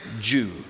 Jew